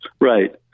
Right